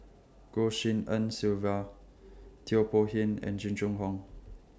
Goh Tshin En Sylvia Teo and Jing Jun Hong